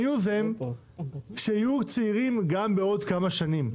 החדשות הן שיהיו צעירים גם בעוד כמה שנים.